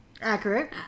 Accurate